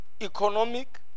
economic